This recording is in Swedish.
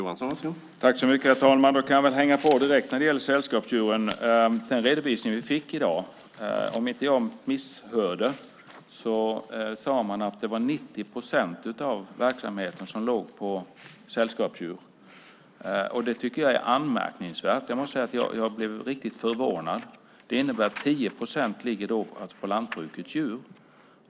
Herr talman! Jag kan hänga på direkt när det gäller sällskapsdjuren. I den redovisning vi fick i dag sade man, om jag inte hörde fel, att 90 procent av verksamheten låg på sällskapsdjur. Det är anmärkningsvärt - jag blev riktigt förvånad. Det innebär att 10 procent ligger på lantbrukets djur.